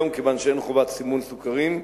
כיום, כיוון שאין חובת סימון סוכרים,